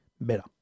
better